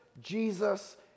Jesus